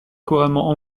couramment